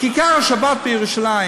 כיכר השבת בירושלים